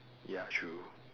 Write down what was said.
ya true